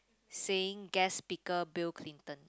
saying guest speaker Bill-Clinton